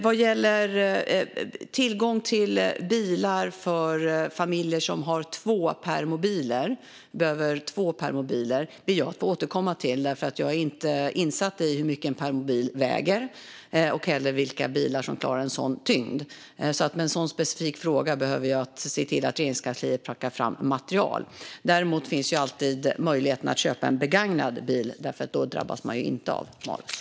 Vad gäller tillgång till bilar för familjer som behöver två permobiler ber jag att få återkomma. Jag är inte insatt i hur mycket en permobil väger och inte heller i vilka bilar som klarar en sådan tyngd. För att svara på en sådan specifik fråga behöver jag se till att Regeringskansliet plockar fram material. Däremot finns ju alltid möjligheten att köpa en begagnad bil, för då drabbas man inte av malus.